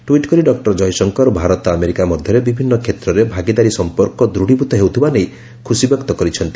tweet କରି doctor Jaishankar Bharat America ମଧ୍ୟରେ ବିଭିନନ କ୍ଷେତ୍ରରେ ଭାଗିଦାରୀ ସଫପର୍କ ଦୂଢ଼ୀଭୂତ ହେଉଥିବାନେଇ ସେ ଖୁସି ବ୍ୟକ୍ତ କରିଛନ୍ତି